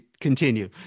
continue